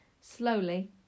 slowly